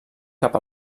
cap